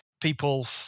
people